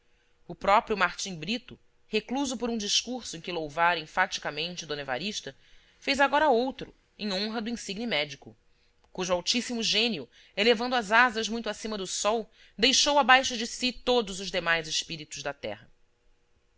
o próprio martim brito recluso por um discurso em que louvara enfaticamente d evarista fez agora outro em honra do insigne médico cujo altíssimo gênio elevando as asas muito acima do sol deixou abaixo de si todos os demais espíritos da terra